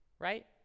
Right